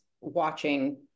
watching